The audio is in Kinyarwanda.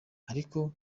ariko